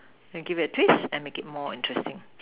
then give it a twist and make it more interesting